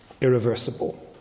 irreversible